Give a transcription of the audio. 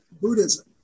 Buddhism